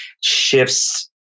shifts